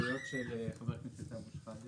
איפה ההסתייגויות של חבר הכנסת סמי אבו שחאדה?